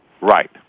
Right